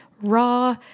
raw